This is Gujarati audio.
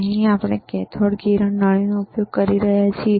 અહીં આપણે કેથોડ કિરણ નળીનો ઉપયોગ કરી રહ્યા છીએ